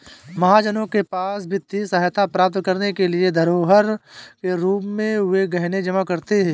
महाजनों के पास वित्तीय सहायता प्राप्त करने के लिए धरोहर के रूप में वे गहने जमा करते थे